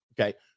Okay